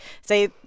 say